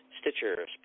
Stitcher